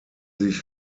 sich